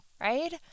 right